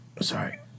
Sorry